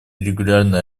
регулярный